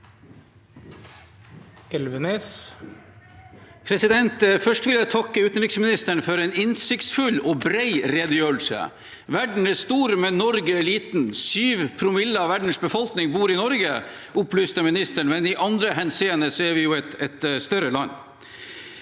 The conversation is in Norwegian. Først vil jeg takke utenriksministeren for en innsiktsfull og bred redegjørelse. Verden er stor, men Norge er lite. 7 promille av verdens befolkning bor i Norge, opplyste utenriksministeren, men i andre henseender er vi jo et større land.